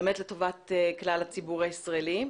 לטובת כלל הציבור הישראלי.